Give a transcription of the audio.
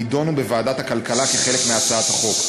נדונו בוועדת הכלכלה כחלק מהצעת החוק.